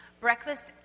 breakfast